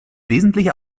wesentlich